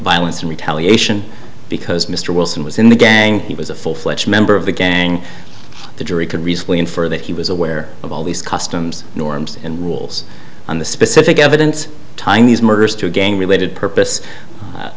violence in retaliation because mr wilson was in the gang he was a full fledged member of the gang the jury could reasonably infer that he was aware of all these customs norms and rules on the specific evidence tying these murders to gang related purpose